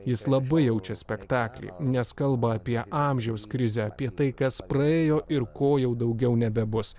jis labai jaučia spektaklį nes kalba apie amžiaus krizę apie tai kas praėjo ir ko jau daugiau nebebus